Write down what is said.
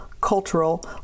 cultural